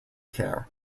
care